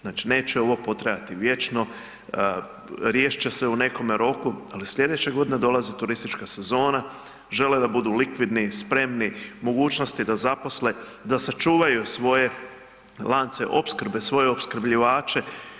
Znači, neće ovo potrajati vječno, riješit će se u nekome roku, ali slijedeće godine dolazi turistička sezona, žele da budu likvidni, spremni, mogućnosti da zaposle, da sačuvaju svoje lance opskrbe, svoje opskrbljivače.